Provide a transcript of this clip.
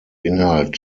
inhalt